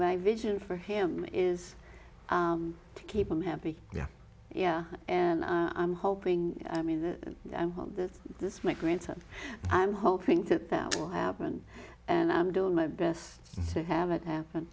my vision for him is to keep him happy yeah yeah and i'm hoping i mean that this is my grandson i'm hoping that that will happen and i'm doing my best to have it happen